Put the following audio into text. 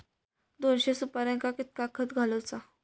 दोनशे सुपार्यांका कितक्या खत घालूचा?